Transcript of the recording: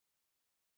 hello lor